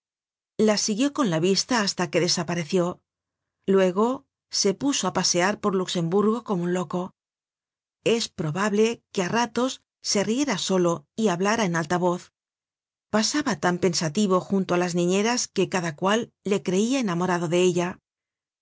la siguió con la vista hasta que desapareció luego se puso á pasear por luxemburgo como un loco es probable que á ratos se riera solo y hablara en alta voz pasaba tan pensativo junto á las niñeras que cada cual le creia enamorado de ella